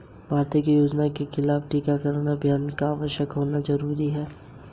भारत में आयोजित कोरोना के खिलाफ चार दिवसीय लंबे टीकाकरण अभियान का क्या नाम है?